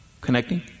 connecting